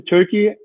Turkey